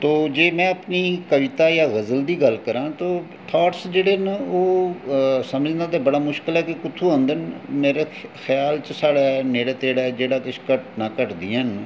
ते जे में अपनी कविता जां गज़ल दी गल्ल करां तो थॉट्स जेह्ड़े न ओह् समझना ते बड़ा मुश्कल ऐ ओह् कुत्थूं औंदे न मेरे ख्याल च जेह्ड़ी साढ़े नेड़े घटनां घटदियां न